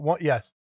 Yes